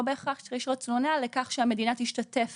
לא בהכרח שצריך רציונל לכך שהמדינה תשתתף